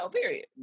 Period